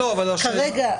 כרגע,